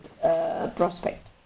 prospect